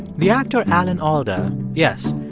the actor alan alda yes,